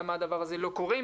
למה הדבר הזה לא קורה.